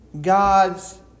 God's